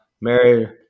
Mary